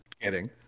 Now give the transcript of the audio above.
kidding